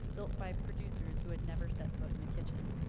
built by producers who had never set foot in a kitchen.